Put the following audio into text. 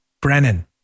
Brennan